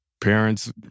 Parents